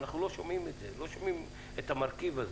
אנחנו לא שומעים את המרכיב הזה.